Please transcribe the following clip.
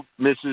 Mrs